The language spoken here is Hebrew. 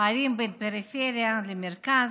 פערים בין פריפריה למרכז,